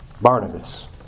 Barnabas